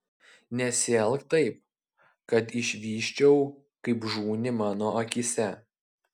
nesielk taip kad išvysčiau kaip žūni mano akyse